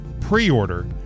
pre-order